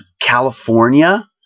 California